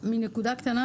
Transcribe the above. מנקודה קטנה.